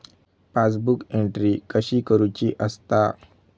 Passbook entry कशी करुची असता?